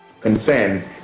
concern